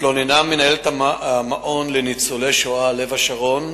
התלוננה מנהלת המעון לניצולי השואה